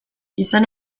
izan